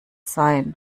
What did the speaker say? sein